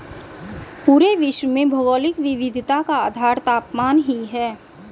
पूरे विश्व में भौगोलिक विविधता का आधार तापमान ही है